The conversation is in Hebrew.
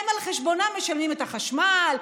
הם על חשבונם משלמים את החשמל,